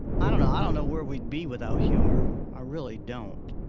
i don't know i don't know where we'd be without humor. i really don't.